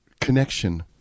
connection